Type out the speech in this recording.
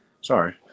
Sorry